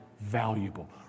valuable